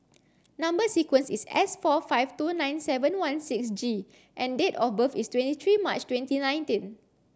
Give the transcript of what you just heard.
number sequence is S four five two nine seven one six G and date of birth is twenty three March twenty nineteen